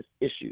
issues